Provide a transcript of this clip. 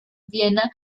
viena